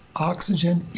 oxygen